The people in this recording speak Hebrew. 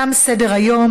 תם סדר-היום.